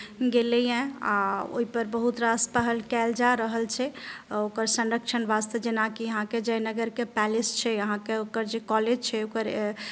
गेलैये आ ओहिपर बहुत रास पहल कयल जा रहल छै ओकर संरक्षण वास्ते जेनाकि अहाँके जयनगरके पैलेस छै अहाँके ओकर जे कॉलेज छै ओकर